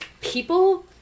People